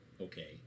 Okay